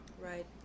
Right